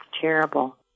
terrible